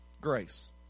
grace